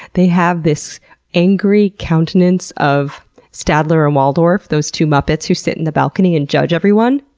they have this angry countenance of stadler and waldorf, those two muppets who sit in the balcony and judge everyone.